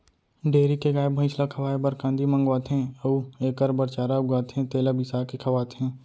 dairy के गाय, भँइस ल खवाए बर कांदी मंगवाथें अउ एकर बर चारा उगाथें तेला बिसाके खवाथें